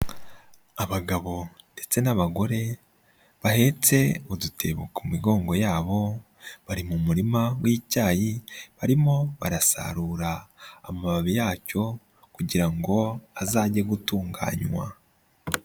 Abagabo ndetse n'abagore bahetse udutebo ku migongo yabo, bari mu murima w'icyayi barimo barasarura amababi yacyo kugira ngo azajye gutunganywa.